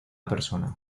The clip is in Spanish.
persona